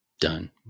done